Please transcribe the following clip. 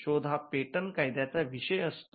शोध हा पेटंट कायद्याचा विषय असतो